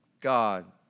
God